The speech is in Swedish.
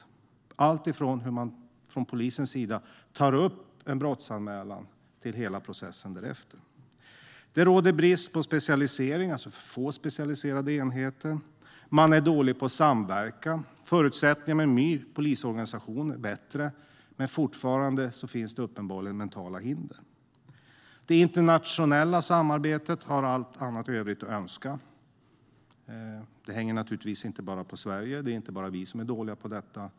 Det gäller alltifrån hur man från polisens sida tar upp en brottsanmälan till hela processen därefter. Det råder brist på specialisering. Det är alltså få specialiserade enheter. Man är dålig på samverkan. Förutsättningarna med en ny polisorganisation är bättre, men fortfarande finns det uppenbarligen mentala hinder. Det internationella samarbetet har allt övrigt att önska. Det hänger naturligtvis inte bara på Sverige. Det är inte bara vi som är dåliga på detta.